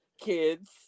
Kids